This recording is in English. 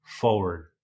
forward